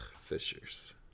fishers